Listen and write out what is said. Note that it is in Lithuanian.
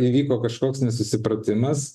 įvyko kažkoks nesusipratimas